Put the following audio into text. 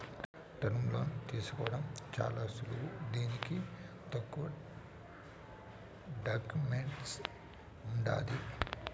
టర్ములోన్లు తీసుకోవడం చాలా సులువు దీనికి తక్కువ డాక్యుమెంటేసన్ పడతాంది